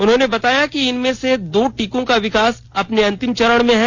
उन्होंने बताया कि इनमें से दो टीकों का विकास अपने अंतिम चरण में है